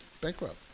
bankrupt